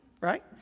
Right